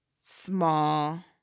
small